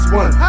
one